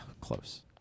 close